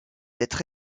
être